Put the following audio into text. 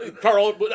Carl